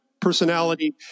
personality